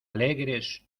alegres